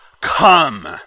come